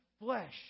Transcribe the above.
flesh